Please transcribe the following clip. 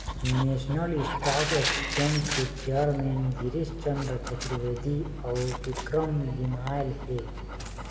national stock exchange के chairman Girish Chandra Chaturvedi अउ विक्रम लिमाय हे